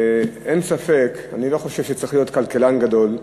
אני לא חושב שצריך להיות כלכלן גדול,